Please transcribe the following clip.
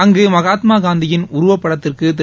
அங்கு மகாத்மா காந்தியின் உருவப்படத்திற்கு திரு